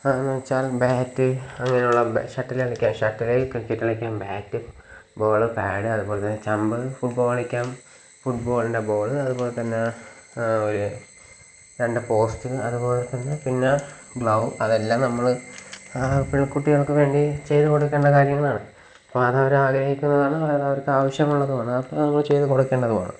അതെന്നുവച്ചാല് bat അങ്ങനെയുള്ള shuttle കളിക്കാന് shuttle cricket കളിക്കാന് ബാറ്റ് ബോള് പാഡ് അതുപോലെതന്നെ സ്റ്റമ്പ് ഫുട്ബാള് കളിക്കാന് ഫുട്ബോളിന്റെ ബോള് അത്പോലെതന്നെ ഒരു രണ്ട് പോസ്റ്റ് അത്പോലെതന്നെ പിന്നെ ഗ്ലൗ അതെല്ലാം നമ്മള് പിന്നെ കുട്ടികള്ക്ക് വേണ്ടി ചെയ്ത് കൊടുക്കേണ്ട കാര്യങ്ങളാണ് അപ്പോള് അതവര് ആലോചിക്കുമ്പോഴാണ് അവര് അവര്ക്ക് ആവശ്യമുള്ളത് വേണം അപ്പോള് നമ്മള് ചെയ്ത് കൊടുക്കേണ്ടതുമാണ്